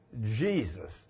Jesus